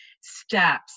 steps